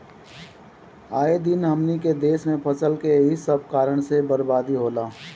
आए दिन हमनी के देस में फसल के एही सब कारण से बरबादी होला